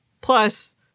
Plus